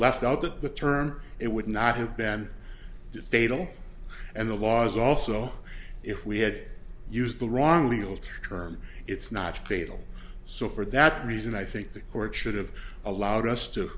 left out that the term it would not have been fatal and the law is also if we had used the wrong legal term it's not fatal so for that reason i think the court should have allowed us to